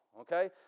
Okay